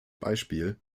beispiel